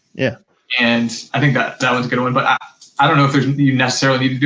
yeah and i think that that one's gonna win but i don't know if if you necessarily need to do